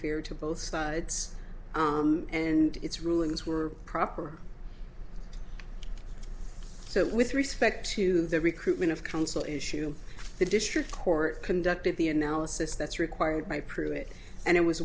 fair to both sides and its rulings were proper so with respect to the recruitment of counsel issue the district court conducted the analysis that's required by pruitt and it was